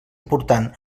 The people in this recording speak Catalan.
important